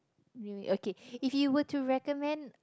okay if you were to recommend